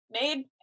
made